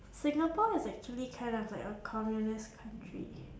singapore is actually kind of like a communist country